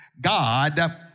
God